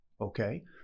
okay